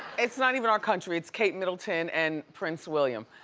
it's not even our country, it's kate middleton and prince william.